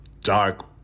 dark